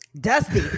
Dusty